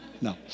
No